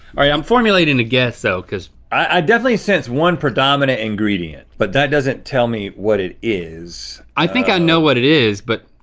i'm formulating a guess though, cause. i definitely sense one predominant ingredient, but that doesn't tell me what it is. i think i know what it is, but.